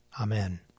Amen